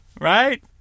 right